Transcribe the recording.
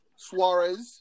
Suarez